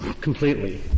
completely